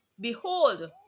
Behold